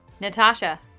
Natasha